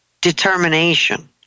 determination